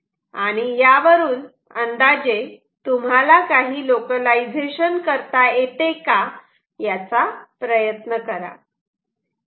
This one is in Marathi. आणि यावरून अंदाजे तुम्हाला काही लोकलायझेशन करता येते का याचा प्रयत्न करा